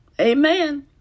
Amen